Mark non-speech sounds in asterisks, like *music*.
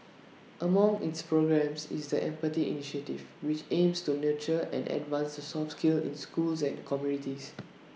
*noise* among its programmes is the empathy initiative which aims to nurture and advance the soft skill in schools and communities